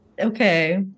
Okay